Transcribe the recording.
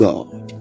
God